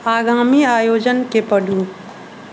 आगामी आयोजनके पढू